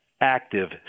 active